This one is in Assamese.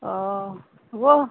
অ হ'ব